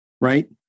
right